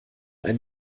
ein